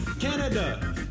Canada